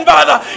Father